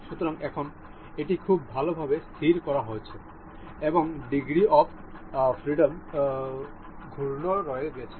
সুতরাং এখন এটি খুব ভালভাবে স্থির করা হয়েছে এবংডিগ্রী অফ ফ্রিডম ঘূর্ণন রয়ে গেছে